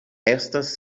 estas